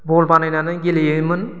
बल बानायनानै गेलेयोमोन